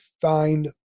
find